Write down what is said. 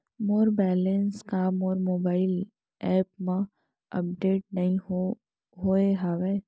मोर balance हा मोर mobile app मा अपडेट नहीं होय हवे